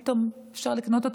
פתאום אפשר לקנות אותם,